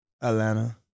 Atlanta